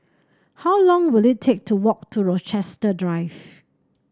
how long will it take to walk to Rochester Drive